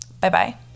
Bye-bye